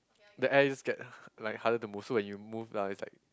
the air is get like harder to move so when you move lah it's like